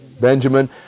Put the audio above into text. Benjamin